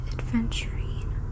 Adventuring